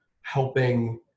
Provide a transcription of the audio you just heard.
helping